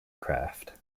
craft